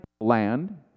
land